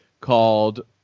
called